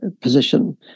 position